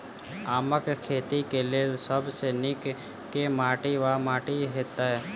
आमक खेती केँ लेल सब सऽ नीक केँ माटि वा माटि हेतै?